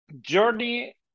Journey